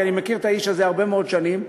כי אני מכיר את האיש הזה הרבה מאוד שנים,